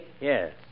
Yes